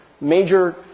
major